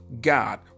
God